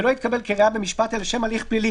ולא יתקבל כראיה במשפט אלא לשם הליך פלילי